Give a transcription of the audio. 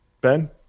Ben